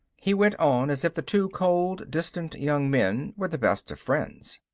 he went on as if the two cold, distant young men were the best of friends.